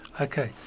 Okay